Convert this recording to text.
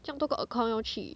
这样多个 account 要去